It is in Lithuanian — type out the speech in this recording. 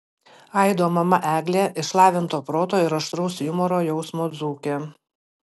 aido mama eglė išlavinto proto ir aštraus humoro jausmo dzūkė